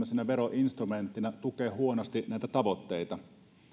veroinstrumenttina tukee huonosti näitä tavoitteita